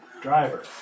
Driver